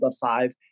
five